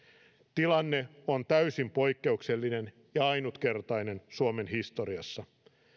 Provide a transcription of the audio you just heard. tilanne on täysin poikkeuksellinen ja ainutkertainen suomen historiassa